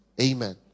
Amen